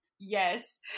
Yes